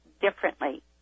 differently